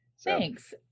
Thanks